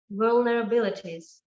vulnerabilities